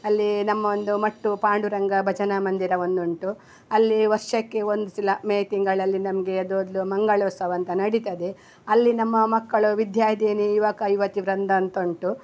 ಅಲ್ಲಿ ನಮ್ಮ ಒಂದು ಮಟ್ಟು ಪಾಂಡುರಂಗ ಭಜನ ಮಂದಿರ ಒಂದು ಉಂಟು ಅಲ್ಲಿ ವರ್ಷಕ್ಕೆ ಒಂದು ಸಲ ಮೇ ತಿಂಗಳಲ್ಲಿ ನಮಗೆ ಅದು ಅದು ಮಂಗಳೋತ್ಸವ ಅಂತ ನಡೀತದೆ ಅಲ್ಲಿ ನಮ್ಮ ಮಕ್ಕಳು ವಿದ್ಯಾರ್ಥಿನಿ ಯುವಕ ಯುವತಿ ವೃಂದ ಅಂತ ಉಂಟು